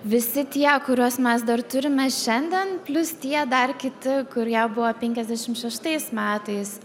visi tie kuriuos mes dar turime šiandien plius tie dar kiti kurie buvo penkiasdešim šeštais metais